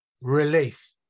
relief